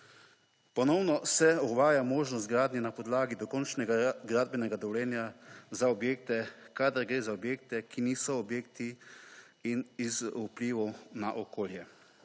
Ponovno se uvaja možnost gradnje na podlagi dokončnega gradbenega dovoljenja, kadar gre za objekte, ki niso objekti in iz vplivov na okolje.